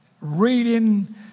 reading